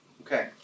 Okay